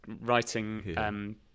writing